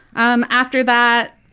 um after that,